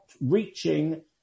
reaching